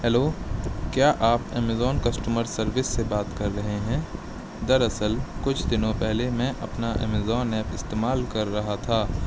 hello کیا آپ Amazon customer service سے بات کر رہے ہیں دراصل کچھ دنوں پہلے میں اپنا امیزون ایپ استعمال کر رہا تھا